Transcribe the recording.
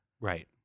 Right